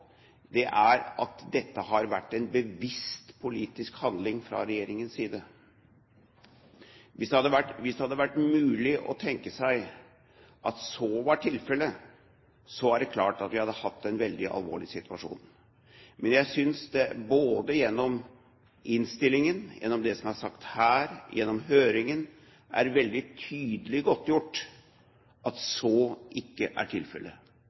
er at dette har vært en bevisst politisk handling fra regjeringens side. Hvis det hadde vært mulig å tenke seg at så var tilfellet, er det klart at vi hadde hatt en veldig alvorlig situasjon. Men jeg synes det både gjennom innstillingen, gjennom det som er sagt her, og gjennom høringen er veldig tydelig godtgjort at så ikke er tilfellet.